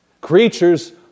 Creatures